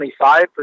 25